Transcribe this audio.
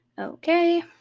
Okay